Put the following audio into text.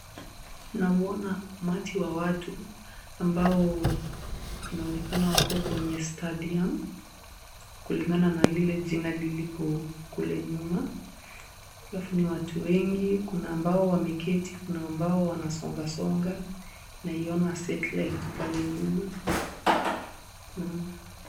Naona umati wa watu, ambao inaonekana wako kwenye stadium , kulingana na lile jina lilipo kule nyuma, alafu ni watu wengi, kuna ambao wameketi, kuna ambao wanasonga songa, naiona set light pale nyuma.